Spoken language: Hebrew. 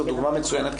זו דוגמה מצוינת,